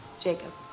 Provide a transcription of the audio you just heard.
Jacob